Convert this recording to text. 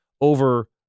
over